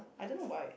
I don't know why